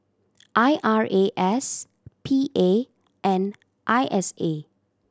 I R A S P A and I S A